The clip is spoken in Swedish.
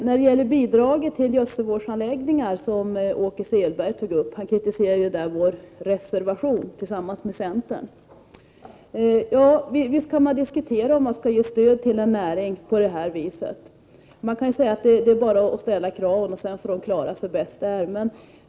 När det gäller bidraget till gödselvårdsanläggningar kritiserade Åke Selberg den reservation som vi har tillsammans med centern. Visst kan man diskutera om man skall ge stöd till en näring på det här viset. Man kan ju säga att det bara är att ställa kraven, och sedan får näringen klara sig bäst den kan.